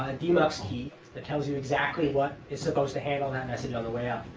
a demux ah um key that tells you exactly what is supposed to handle that message on the way out.